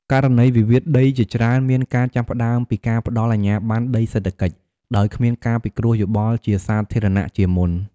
ករណីវិវាទដីជាច្រើនមានការចាប់ផ្ដើមពីការផ្ដល់អាជ្ញាបណ្ណដីសេដ្ឋកិច្ច ដោយគ្មានការពិគ្រោះយោបល់ជាសាធារណៈជាមុន។